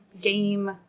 game